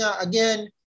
again